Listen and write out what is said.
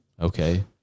Okay